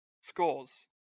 scores